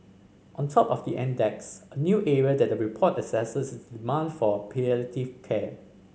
on top of the index a new area that the report assesses is demand for palliative care